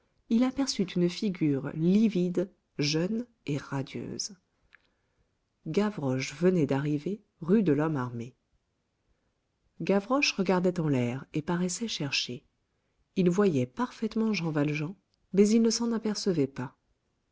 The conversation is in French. il aperçut une figure livide jeune et radieuse gavroche venait d'arriver rue de lhomme armé gavroche regardait en l'air et paraissait chercher il voyait parfaitement jean valjean mais il ne s'en apercevait pas